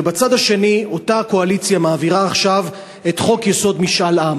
ובצד השני אותה קואליציה מעבירה עכשיו את חוק-יסוד: משאל עם.